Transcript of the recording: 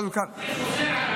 זה חוזר על עצמו.